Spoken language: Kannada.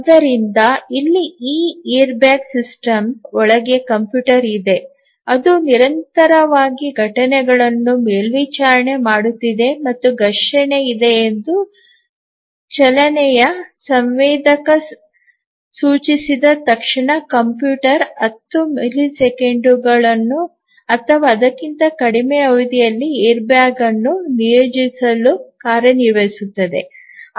ಆದ್ದರಿಂದ ಇಲ್ಲಿ ಈ ಏರ್ಬ್ಯಾಗ್ ಸಿಸ್ಟಮ್ ಒಳಗೆ ಕಂಪ್ಯೂಟರ್ ಇದೆ ಅದು ನಿರಂತರವಾಗಿ ಘಟನೆಗಳನ್ನು ಮೇಲ್ವಿಚಾರಣೆ ಮಾಡುತ್ತಿದೆ ಮತ್ತು ಘರ್ಷಣೆ ಇದೆ ಎಂದು ಚಲನೆಯ ಸಂವೇದಕ ಸೂಚಿಸಿದ ತಕ್ಷಣ ಕಂಪ್ಯೂಟರ್ 10 ಮಿಲಿಸೆಕೆಂಡುಗಳು ಅಥವಾ ಅದಕ್ಕಿಂತ ಕಡಿಮೆ ಅವಧಿಯಲ್ಲಿ ಏರ್ಬ್ಯಾಗ್ ಅನ್ನು ನಿಯೋಜಿಸಲು ಕಾರ್ಯನಿರ್ವಹಿಸುತ್ತದೆ